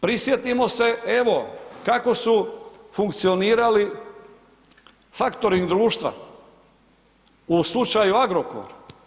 Prisjetimo se, evo, kako su funkcionirali faktoring društva u slučaju Agrokor.